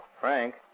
Frank